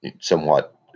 somewhat